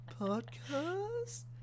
Podcast